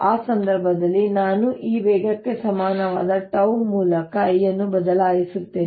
ಆ ಸಂದರ್ಭದಲ್ಲಿ ನಾನು ಈ ವೇಗಕ್ಕೆ ಸಮಾನವಾದ 𝜏 ಮೂಲಕ l ಅನ್ನು ಬದಲಾಯಿಸುತ್ತೇನೆ